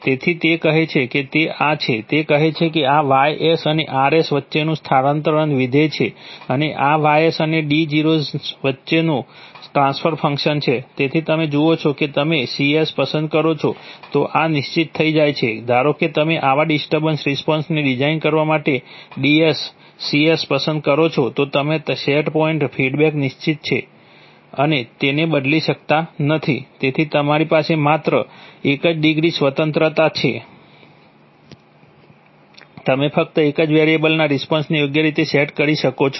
તેથી તે જે કહે છે તે આ છે તે કહે છે કે આ Y પસંદ કરો છો તો તમારો સેટ પોઇન્ટ ફીડબેક નિશ્ચિત છે તમે તેને બદલી શકતા નથી તેથી તમારી પાસે માત્ર એક જ ડિગ્રીની સ્વતંત્રતા છે તમે ફક્ત એક જ વેરિયેબલના રિસ્પોન્સને યોગ્ય રીતે સેટ કરી શકો છો